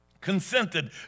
consented